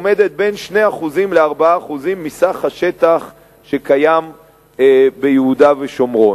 עומדת בין 2% ל-4% מסך השטח שקיים ביהודה ושומרון.